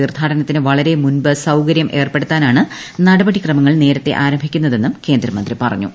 തീർത്ഥാടനത്തിന് വളരെ മുമ്പ് സൌകര്യം ഏർപ്പെടുത്താനാണ് നടപടിക്രമങ്ങൾ നേരത്തെ ആരംഭിക്കുന്നതെന്ന് കേന്ദ്രമന്ത്രി പറഞ്ഞു